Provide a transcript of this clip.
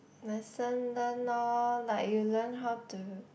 lesson learnt lor like you learn how to